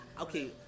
Okay